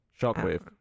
shockwave